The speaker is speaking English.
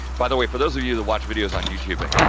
by the way, for those of you that watch videos on youtube but yeah